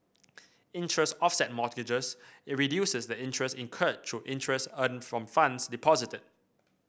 interest offset mortgages reduces the interest incurred through interest earned from funds deposited